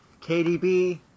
KDB